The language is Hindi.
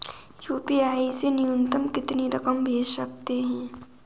यू.पी.आई से न्यूनतम कितनी रकम भेज सकते हैं?